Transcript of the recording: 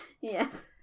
Yes